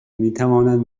میتواند